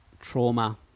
trauma